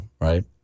right